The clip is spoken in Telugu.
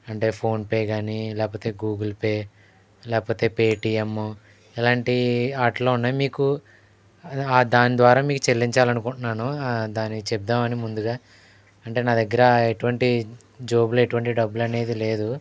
అంటే ఫోన్పే కాని లేకపోతే గూగుల్ పే లేకపోతే పేటీఎమ్ ఇలాంటి వాటిల్లో ఉన్నాయి మీకు దాని ద్వారా మీకు చెల్లించాలనుకుంటున్నాను దానికి చేబుదామని ముందుగా అంటే నా దగ్గర ఎటువంటి జేబులో ఎటువంటి డబ్బులు అనేది లేదు